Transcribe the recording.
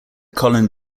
colin